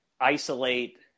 isolate